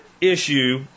issue